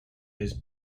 his